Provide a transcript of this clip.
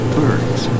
birds